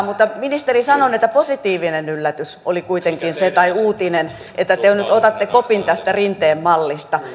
mutta ministeri sanon että positiivinen yllätys tai uutinen oli kuitenkin se että te nyt otatte kopin tästä rinteen mallista